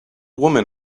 woman